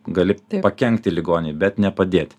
gali pakenkti ligoniui bet nepadėti